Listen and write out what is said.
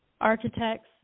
Architects